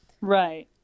Right